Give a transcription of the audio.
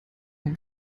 ein